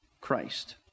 Christ